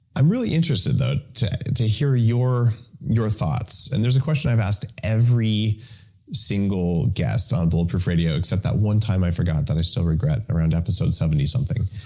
i'm really interested though to to hear your your thoughts. and there's a question i've asked every single guest on bulletproof radio, except that one time i forgot, that i still regret, around episode seventy something,